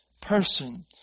person